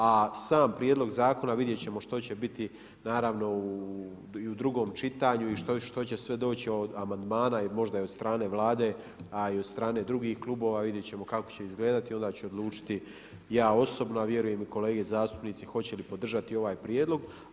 A sam prijedlog zakona vidjeti ćemo što će biti naravno i u drugom čitanju i što će sve doći od amandmana i možda i od strane Vlade, a i od strane drugih klubova, vidjeti ćemo kako će izgledati onda ću odlučiti ja osobno, a vjerujem i kolege zastupnici, hoće li podržati ovaj prijedlog.